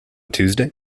tuesday